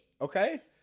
okay